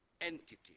entity